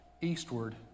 eastward